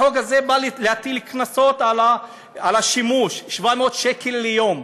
החוק הזה בא להטיל קנסות על השימוש, 700 שקל ליום.